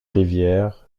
rivière